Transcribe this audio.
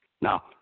Now